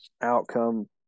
outcome